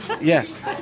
yes